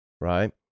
right